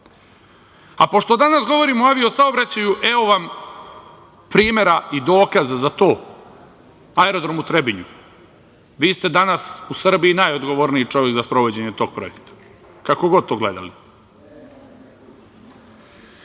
danas govorimo o avio saobraćaju evo vam primera i dokaza za to Aerodrom u Trebinju. Vi ste danas u Srbiji najodgovorniji čovek za sprovođenje tog projekta, kako god to gledali. Danas